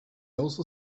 also